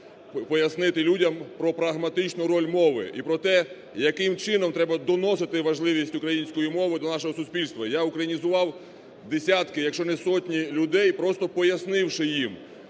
пояснити людям про прагматичну роль мови і про те, яким чином треба доносити важливість української мови до нашого суспільства. Я українізував десятки, якщо не сотні людей, просто пояснивши їм,